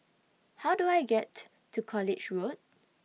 How Do I get to College Road